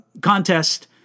contest